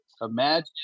imagine